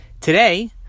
Today